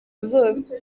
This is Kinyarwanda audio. zose